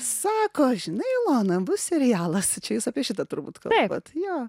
sako žinai ilona bus serialas čia jūs apie šitą turbūt kalbat jo